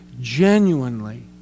genuinely